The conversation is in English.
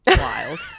Wild